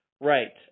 Right